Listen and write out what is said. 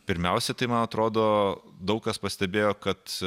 pirmiausia tai man atrodo daug kas pastebėjo kad